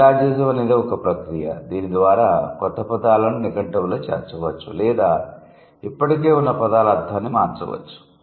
neologism అనేది ఒక ప్రక్రియ దీని ద్వారా కొత్త పదాలను నిఘంటువులో చేర్చవచ్చు లేదా ఇప్పటికే ఉన్న పదాల అర్థాన్ని మార్చవచ్చు